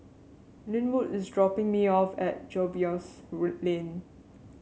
Linwood is dropping me off at Jervois Lane